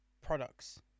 products